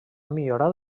millorat